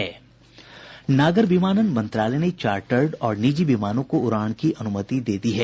नागर विमानन मंत्रालय ने चार्टर्ड और निजी विमानों को उड़ान की अनुमति दे दी है